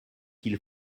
qu’il